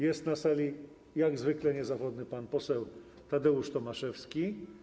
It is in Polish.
Jest na sali jak zwykle niezawodny pan poseł Tadeusz Tomaszewski.